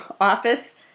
office